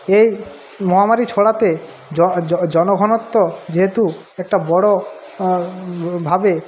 এই মহামারী ছড়াতে জনঘনত্ব যেহেতু একটা বড় ভাবে